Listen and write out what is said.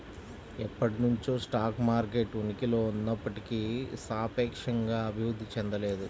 ఎప్పటినుంచో stock market ఉనికిలో ఉన్నప్పటికీ సాపేక్షంగా అభివృద్ధి చెందలేదు